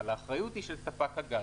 אבל האחריות היא של ספק הגז.